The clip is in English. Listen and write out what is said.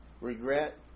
Regret